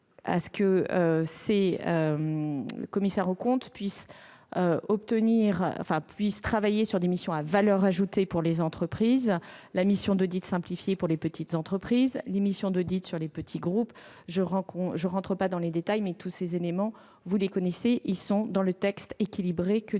à ce que les commissaires aux comptes puissent travailler sur des missions à valeur ajoutée pour les entreprises, la mission d'audit simplifié pour les petites entreprises, la mission d'audit pour les petits groupes. Je n'entre pas dans les détails, vous connaissez tous ces éléments : ils sont dans le texte équilibré que nous vous